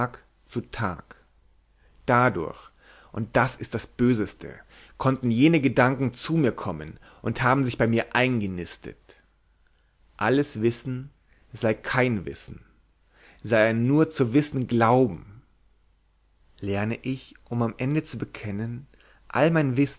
zu tag dadurch und das ist das böseste konnten jene gedanken zu mir kommen und haben sich bei mir eingenistet alles wissen sei kein wissen sei nur ein zu wissen glauben lerne ich um am ende zu bekennen all mein wissen